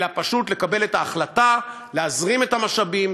אלא פשוט לקבל את ההחלטה להזרים את המשאבים.